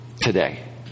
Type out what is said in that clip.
today